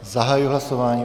Zahajuji hlasování.